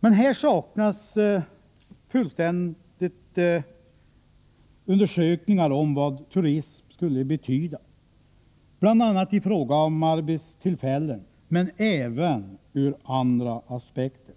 Det saknas fullständigt undersökningar om vad turism skulle betyda bl.a. i fråga om arbetstillfällen men även ur andra aspekter.